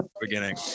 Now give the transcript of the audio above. Beginning